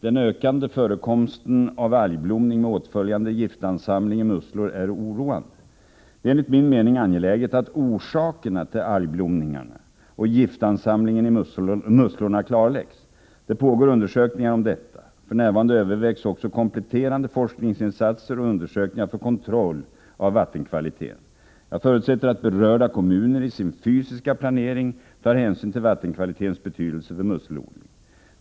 Den ökande förekomsten av algblomning med åtföljande giftansamling i musslor är oroande. Det är enligt min mening angeläget att orsakerna till algblomningarna och giftansamlingen i musslorna klarläggs. Det pågår undersökningar om detta. För närvarande övervägs också kompletterande forskningsinsatser och undersökningar för kontroll av vattenkvaliteten. Jag förutsätter att berörda kommuner i sin fysiska planering tar hänsyn till vattenkvalitetens betydelse för musselodling.